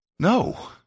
No